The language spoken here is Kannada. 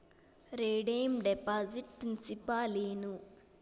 ರೆಡೇಮ್ ಡೆಪಾಸಿಟ್ ಪ್ರಿನ್ಸಿಪಾಲ ಏನು